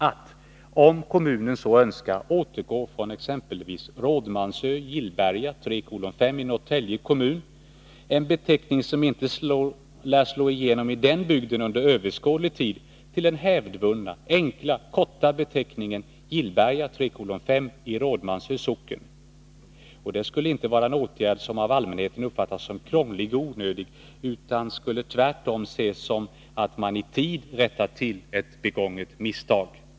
Att, om kommunen så önskar, återgå från exempelvis Rådmansö-Gillberga 3:5 i Norrtälje kommun, en beteckning som inte lär slå igenom i den bygden under överskådlig tid, till den hävdvunna enkla och korta beteckningen Gillberga 3:5 i Rådmansö socken — det skulle inte vara en åtgärd som av allmänheten uppfattas som krånglig och onödig utan skulle tvärtom ses så, att man i tid rättar till ett begånget misstag.